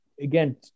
again